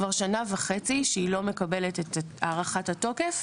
כבר שנה וחצי שהיא לא מקבלת את הארכת התוקף,